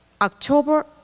October